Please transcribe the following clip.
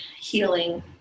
healing